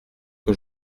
que